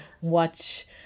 watch